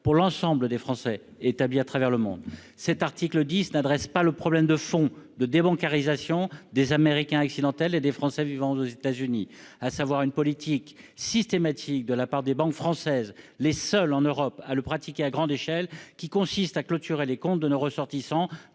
pour l'ensemble des Français établis à travers le monde. Cet article 10 ne règle pas le problème de fond de la débancarisation des Américains accidentels et des Français vivant aux États-Unis. La politique systématique de la part des banques françaises, les seules en Europe à pratiquer ainsi à grande échelle, est de clore les comptes de nos ressortissants